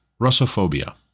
Russophobia